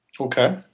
Okay